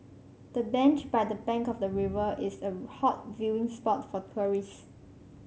the bench by the bank of the river is a hot viewing spot for tourists